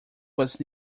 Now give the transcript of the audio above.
was